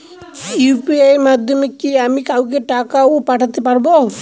UPI এর মাধ্যমে কি আমি কাউকে টাকা ও পাঠাতে পারবো?